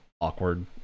awkward